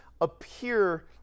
appear